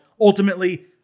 Ultimately